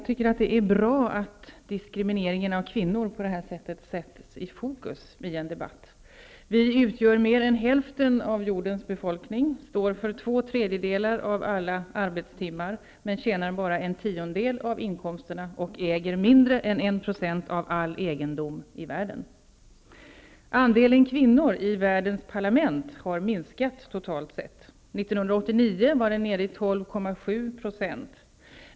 Herr talman! Det är bra att diskrimineringen av kvinnor på det här viset sätts i fokus i en debatt. Vi utgör mer än hälften av jordens befolkning, står för två tredjedelar av alla arbetstimmar, men tjänar bara en tiondel av inkomsterna och äger mindre än Andelen kvinnor i världens parlament har minskat totalt sett. År 1989 var den nere i 12,7 %.